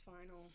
final